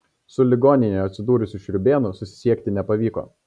su ligoninėje atsidūrusiu šriūbėnu susisiekti nepavyko